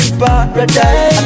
paradise